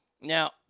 Now